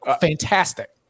fantastic